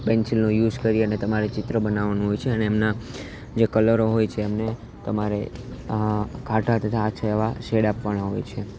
પેન્સિલનો use કરી અને તમારે ચિત્ર બનાવવાનું હોય છે અને એમના જે કલરો હોય છે એમને તમારે ઘાટા તથા આછા એવા શેડ આપવાના હોય છે